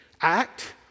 act